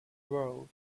world